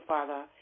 Father